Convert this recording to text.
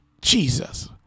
Jesus